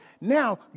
Now